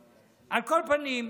כל פנים,